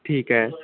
ਠੀਕ ਹੈ